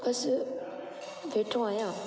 बसि वेठो आहियां